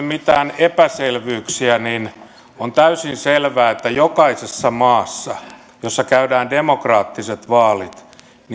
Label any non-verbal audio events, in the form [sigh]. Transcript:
[unintelligible] mitään epäselvyyksiä on täysin selvää että jokaisessa maassa jossa käydään demokraattiset vaalit